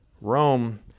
Rome